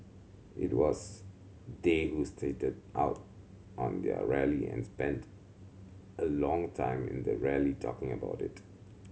it was they who started out on their rally and spent a long time in the rally talking about it